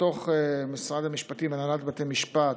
בתוך משרד המשפטים, בהנהלת בתי המשפט,